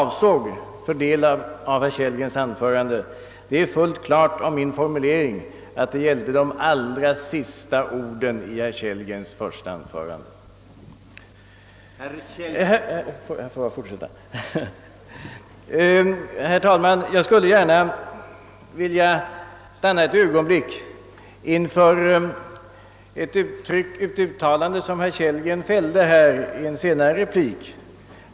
Vilken del av herr Kellgrens anförande jag avsåg framgår klart av min formulering att det gällde de allra sista orden i herr Kellgrens första anförande. Jag skulle gärna vilja stanna ett ögonblick inför ett uttalande som herr Kellgren gjorde i en replik.